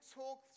talk